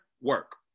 work